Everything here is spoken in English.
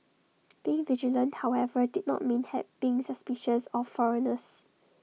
being vigilant however did not mean have being suspicious of foreigners